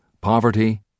poverty